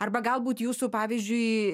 arba galbūt jūsų pavyzdžiui